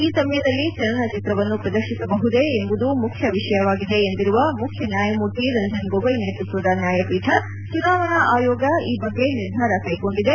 ಈ ಸಮಯದಲ್ಲಿ ಚಲನಚಿತ್ರವನ್ನು ಪ್ರದರ್ಶಿಸಬಹುದೇ ಎಂಬುದು ಮುಖ್ಯ ವಿಷಯವಾಗಿದೆ ಎಂದಿರುವ ಮುಖ್ಯನ್ಯಾಯಮೂರ್ತಿ ರಂಜನ್ ಗೊಗೊಯ್ ನೇತ್ಪತ್ಲದ ನ್ಯಾಯಪೀಠ ಚುನಾವಣಾ ಆಯೋಗ ಈ ಬಗ್ಗೆ ನಿರ್ಧಾರ ಕೈಗೊಂಡಿದೆ